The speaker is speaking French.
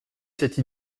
cette